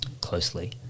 closely